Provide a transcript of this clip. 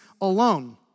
alone